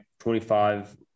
25